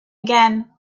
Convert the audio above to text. again